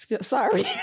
Sorry